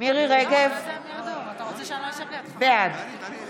מרים רגב, בעד